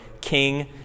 king